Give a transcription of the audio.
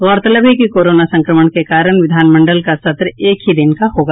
गौरतलब है कि कोरोना संक्रमण के कारण विधानमंडल का सत्र एक ही दिन का होगा